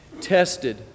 Tested